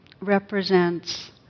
represents